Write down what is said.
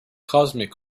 cosmic